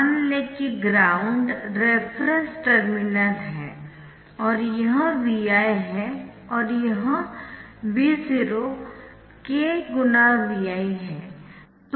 मान लें कि ग्राउंड रेफरेंस टर्मिनल है और यह Vi है यह V0 k Vi है